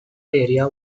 area